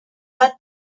bat